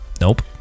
Nope